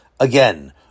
Again